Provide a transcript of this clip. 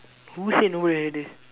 who said nobody will hear this